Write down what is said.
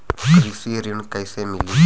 कृषि ऋण कैसे मिली?